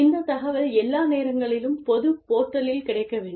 இந்த தகவல் எல்லா நேரங்களிலும் பொது போர்ட்டலில் கிடைக்க வேண்டும்